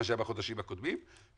מה שהיה בחודשים הקודמים,